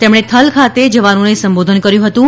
તેમણે થલ ખાતે જવાનોને સંબોધન કર્યું હતું